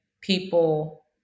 people